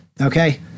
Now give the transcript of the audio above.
Okay